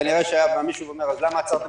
כנראה שהיה בא מישהו ואומר אז למה עצרתם